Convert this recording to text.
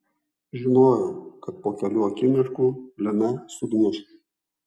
žinojau kad po kelių akimirkų lina sugniuš